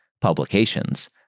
publications